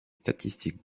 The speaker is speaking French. statistiques